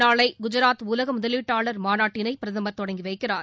நாளை குஜராத் உலக முதலீட்டாளர் மாநாட்டினை பிரதமர் தொடங்கி வைக்கிறார்